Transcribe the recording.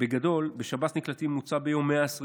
בגדול בשב"ס נקלטים בממוצע ביום 120 עצורים.